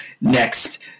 next